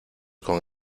con